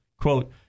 Quote